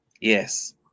yes